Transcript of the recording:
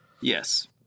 Yes